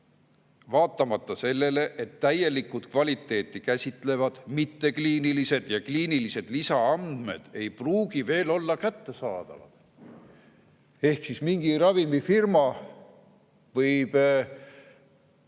vaatamata sellele, et täielikud kvaliteeti käsitlevad mittekliinilised ja kliinilised lisaandmed ei pruugi veel olla kättesaadavad. Ehk mingi ravimifirma võib,